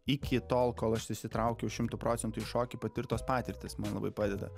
iki tol kol aš įsitraukiau šimtu procentų į šokį patirtos patirtys man labai padeda